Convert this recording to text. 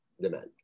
demand